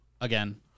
again